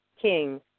King